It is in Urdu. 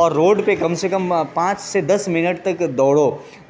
اور روڈ پہ کم سے کم پانچ سے دس منٹ تک دوڑو